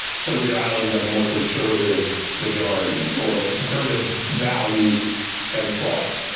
some of the islands have more conservative majorities or conservative values and and thoughts.